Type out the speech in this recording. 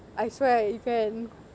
I swear you can